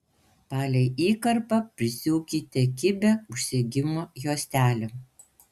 palei įkarpą prisiūkite kibią užsegimo juostelę